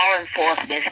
enforcement